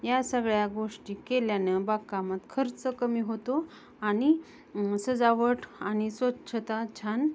या सगळ्या गोष्टी केल्यानं बागकामात खर्च कमी होतो आणि सजावट आणि स्वच्छता छान